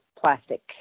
plastic